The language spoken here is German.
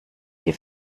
die